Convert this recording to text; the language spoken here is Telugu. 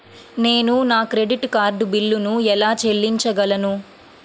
నేను నా క్రెడిట్ కార్డ్ బిల్లును ఎలా చెల్లించగలను?